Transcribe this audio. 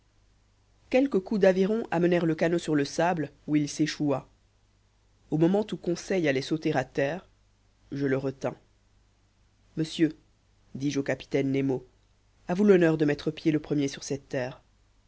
quelques coups d'aviron amenèrent le canot sur le sable où il s'échoua au moment où conseil allait sauter à terre je le retins monsieur dis-je au capitaine nemo à vous l'honneur de mettre pied le premier sur cette terre